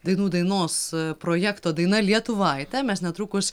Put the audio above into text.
dainų dainos projekto daina lietuvaitė mes netrukus